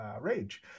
rage